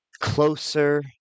closer